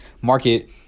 market